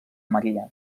maria